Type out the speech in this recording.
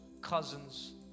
cousins